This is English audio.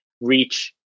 reach